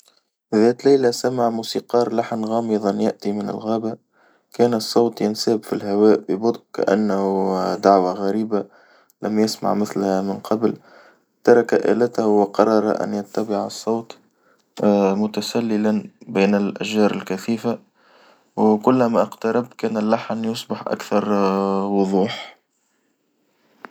ذات ليلة سمع موسيقار لحنًا غامظًا يأتي من الغابة، كان الصوت ينساب في الهواء ببطء كأنه دعوة غريبة لم يصنع مثلها من قبل، ترك آلته وقرر أن يتبع الصوت، متسللًا بين الأشجار الكثيفة، وكل ما اقترب كان اللحن يصبح أكثر وظوح.